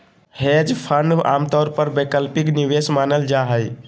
hedge fund आमतौर पर वैकल्पिक निवेश मानल जा हय